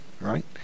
right